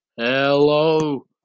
Hello